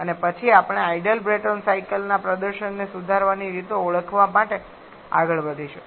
અને પછી આપણે આઇડલ બ્રેટોન સાયકલ ના પ્રદર્શનને સુધારવાની રીતો ઓળખવા માટે આગળ વધીશું